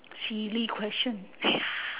silly question ya